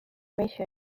ratio